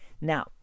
Now